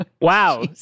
Wow